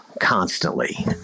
constantly